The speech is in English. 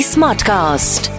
Smartcast